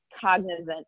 cognizant